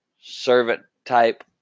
servant-type